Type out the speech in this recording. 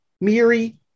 Miri